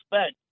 spent